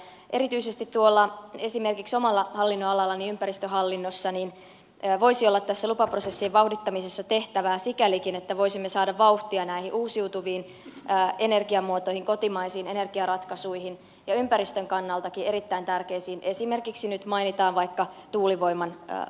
erityisesti esimerkiksi omalla hallinnonalallani ympäristöhallinnossa voisi olla tässä lupaprosessien vauhdittamisessa tehtävää sikälikin että voisimme saada vauhtia näihin uusiutuviin energiamuotoihin kotimaisiin energiaratkaisuihin ja ympäristön kannaltakin erittäin tärkeisiin asioihin esimerkiksi nyt mainitaan vaikka tuulivoiman luvittaminen